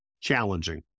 challenging